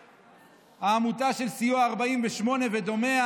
מאלה, העמותה של סיוע 48 ודומיה.